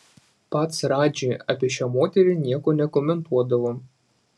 pats radži apie šią moterį nieko nekomentuodavo